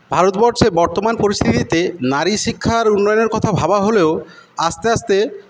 ভারতবর্ষে বর্তমান পরিস্থিতিতে নারীশিক্ষার উন্নয়নের কথা ভাবা হলেও আস্তে আস্তে